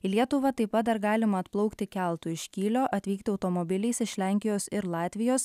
į lietuvą taip pat dar galima atplaukti keltu iš kylio atvykti automobiliais iš lenkijos ir latvijos